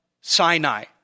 Sinai